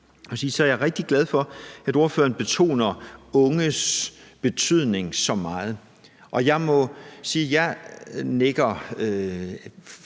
jeg er rigtig glad for, at ordføreren betoner unges betydning så meget, og jeg nikker